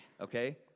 okay